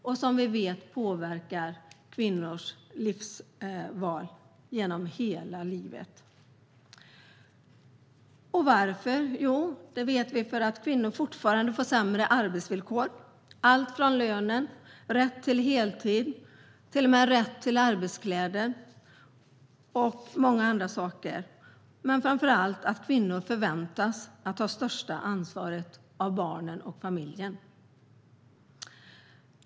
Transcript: Detta påverkar, som vi vet, kvinnors val genom hela livet. Varför är det så här? Jo, vi vet att kvinnor fortfarande får sämre arbetsvillkor - allt från lönen, när det gäller rätt till heltid och till och med när det gäller rätt till arbetskläder och många andra saker. Men framför allt handlar det om att kvinnor förväntas ta det största ansvaret för barnen och familjen.